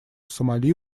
сомали